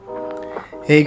Hey